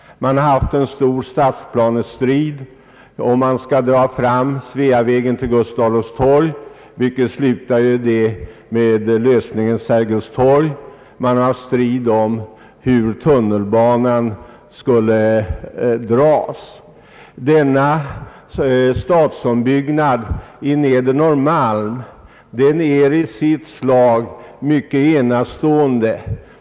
Man har haft en stor stadsplanestrid om Sveavägens framdragande till Gustav Adolfs torg, vilket slutade med lösningen Sergels torg. Man har haft strid om hur tunnelbanan skulle dras. Denna ombyggnad av Nedre Norrmalm är i sitt slag enastående.